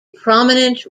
prominent